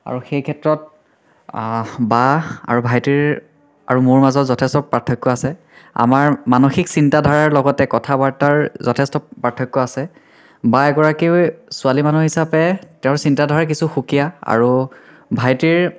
আৰু সেইক্ষেত্ৰত বা আৰু ভাইটিৰ আৰু মোৰ মাজত যথেষ্ট পাৰ্থক্য আছে আমাৰ মানসিক চিন্তাধাৰাৰ লগতে কথা বাৰ্তাৰ যথেষ্ট পাৰ্থক্য আছে বা এগৰাকী ছোৱালী মানুহ হিচাপে তেওঁৰ চিন্তাধাৰা কিছু সুকীয়া আৰু ভাইটিৰ